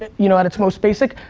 you know, at it's most basic.